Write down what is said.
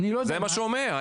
זה מה שהוא אומר,